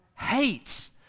hates